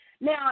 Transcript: Now